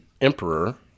emperor